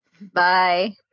Bye